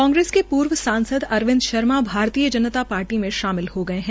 कांग्रेस के पूर्व सांसद अरविंद शर्मा भारतीय जनता पार्टी में शामिल हो गए है